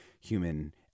human